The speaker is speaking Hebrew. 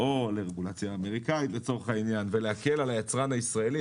או לרגולציה אמריקאית לצורך העניין ולהקל על היצרן הישראלי,